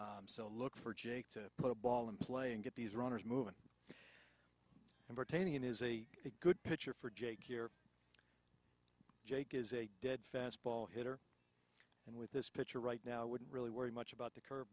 so look for jake to put a ball in play and get these runners moving and retaining is a good pitcher for jake here jake is a dead fastball hitter and with this picture right now wouldn't really worry much about the curve